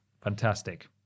Fantastic